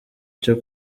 cyo